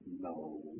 No